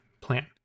plan